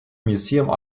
museum